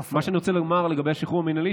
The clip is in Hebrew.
מה שאני רוצה לומר לגבי השחרור המינהלי,